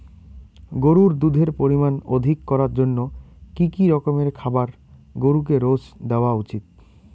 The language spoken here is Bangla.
গরুর দুধের পরিমান অধিক করার জন্য কি কি রকমের খাবার গরুকে রোজ দেওয়া উচিৎ?